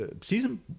Season